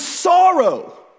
sorrow